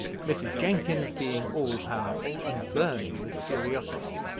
mrs. jenkins being all-powerful, and burning with curiosity.